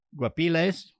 Guapiles